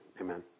amen